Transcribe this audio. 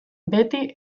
beti